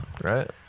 right